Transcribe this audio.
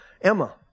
Emma